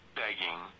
begging